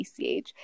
PCH